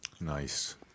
Nice